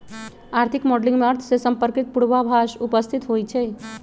आर्थिक मॉडलिंग में अर्थ से संपर्कित पूर्वाभास उपस्थित होइ छइ